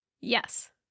Yes